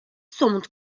somut